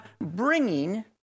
bringing